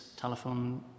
telephone